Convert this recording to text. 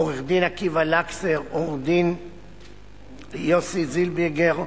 עורך-דין עקיבא לקסר, עורך-דין יוסי זילביגר,